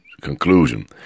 conclusion